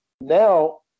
Now